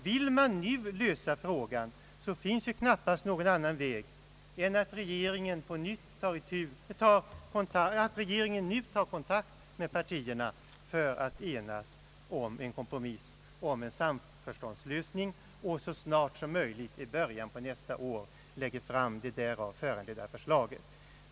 Vill man nu lösa frågan, finns det väl knappast någon annan väg än att regeringen tar kontakt med partierna för att enas om en kompromiss, en samförståndslösning, för att så snart som möiligt i början av nästa år lägga fram det därav föranledda förslaget.